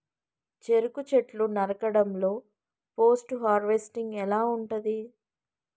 చెరుకు చెట్లు నరకడం లో పోస్ట్ హార్వెస్టింగ్ ఎలా ఉంటది?